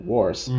Wars